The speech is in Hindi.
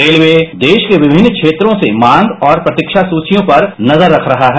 रेलवे देश के विमिन्न क्षेत्रों से मांग और प्रतीक्षा सुवियों पर नजर रख रहा है